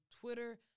Twitter